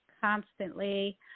constantly